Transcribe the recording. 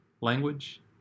language